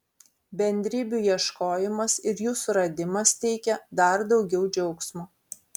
bendrybių ieškojimas ir jų suradimas teikia dar daugiau džiaugsmo